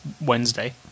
Wednesday